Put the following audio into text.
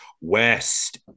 West